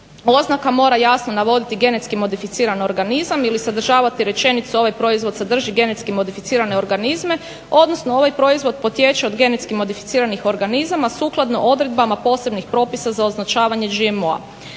"Oznaka mora jasno navoditi genetski modificiran organizam ili sadržavati rečenicu ovaj proizvod sadrži genetski modificirane organizme odnosno ovaj proizvod potječe od genetski modificiranih organizama sukladno odredbama posebnih propisa za označavanje GMO-a.